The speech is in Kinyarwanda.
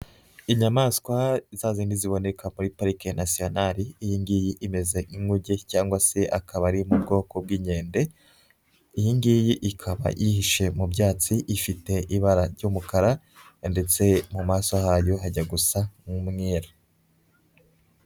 Inyamaswa zazindi ziboneka muri Parike National, iyi ngiyi imeze nk'inkuge cyangwa se akaba ari mu bwoko bw'inkende, iyi ngiyi ikaba yihishe mu byatsi, ifite ibara ry'umukara ndetse mu maso yayo hajya gusa n'umweru.